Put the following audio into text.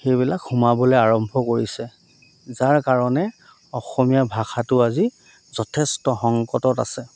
সেইবিলাক সোমাবলৈ আৰম্ভ কৰিছে যাৰ কাৰণে অসমীয়া ভাষাটো আজি যথেষ্ট সংকটত আছে